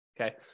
Okay